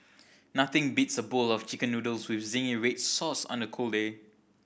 nothing beats a bowl of Chicken Noodles with zingy red sauce on a cold day